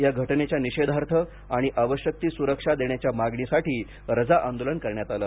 या घटनेच्या निषेधार्थ आणि आवश्यक ती सुरक्षा देण्याच्या मागणीसाठी रजा आंदोलन करण्यात आलं